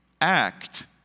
Act